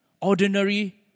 Ordinary